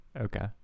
Okay